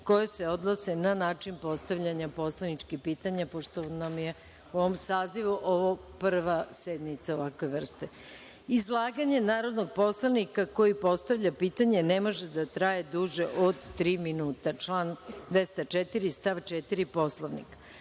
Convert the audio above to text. koja se odnose na način postavljanja poslaničkih pitanja, pošto nam je u ovom sazivu ovo prva sednica ovakve vrste. Izlaganje narodnog poslanika koji postavlja pitanje ne može da traje duže od tri minuta, član 204. stav 4. Poslovnika.